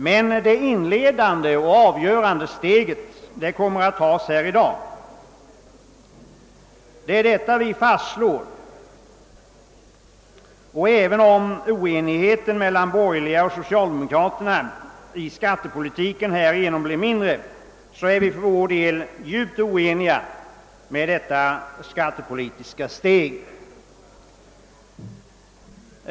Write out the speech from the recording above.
Men det inledande och avgörande steget kommer att tas här i dag. Det är detta vi vill fastslå. Även om oenigheten mellan de borgerliga och socialdemokraterna i skattepolitiken härigenom blir mindre är vi för vår del skarpt kritiskt inställda till detta skattepolitiska steg.